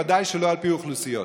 בוודאי שלא על פי אוכלוסיות.